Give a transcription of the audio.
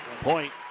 Point